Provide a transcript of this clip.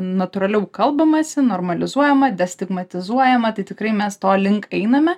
natūraliau kalbamasi normalizuojama des stigmatizuojama tai tikrai mes to link einame